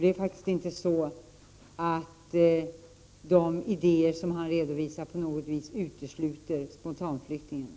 Det är faktiskt inte så att de idéer som han redovisar på något sätt utesluter spontanflyktingarna.